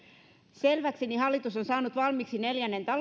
selväksi hallitus on saanut valmiiksi neljännen